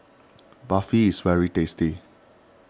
Barfi is very tasty